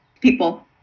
people